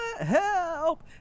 help